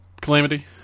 Calamity